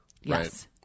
Yes